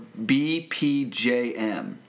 BPJM